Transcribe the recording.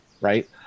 right